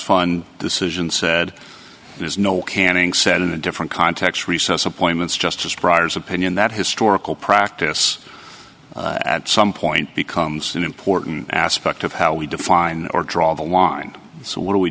fund decision said there is no canning said in a different context recess appointments justice briar's opinion that historical practice at some point becomes an important aspect of how we define or draw the line so what do we